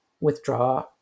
withdraw